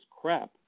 crap